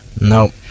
Nope